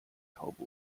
taube